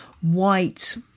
white